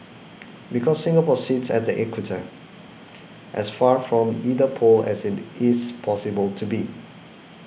because Singapore sits at the equator as far from either pole as it is possible to be